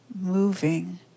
moving